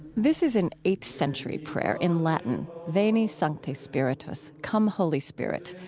this is an eighth-century prayer in latin, veni sancte spiritus, come, holy spirit,